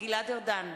גלעד ארדן,